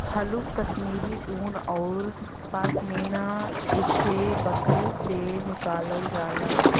हल्लुक कश्मीरी उन औरु पसमिना एक्के बकरी से निकालल जाला